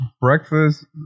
breakfast